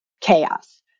chaos